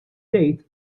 żejt